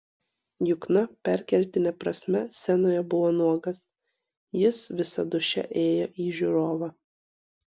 jukna perkeltine prasme scenoje buvo nuogas jis visa dūšia ėjo į žiūrovą